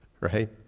Right